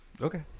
Okay